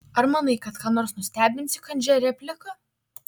ar manai kad ką nors nustebinsi kandžia replika